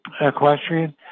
equestrian